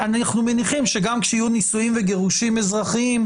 אנחנו מניחים שגם כשיהיו נישואים וגירושים אזרחיים,